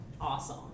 awesome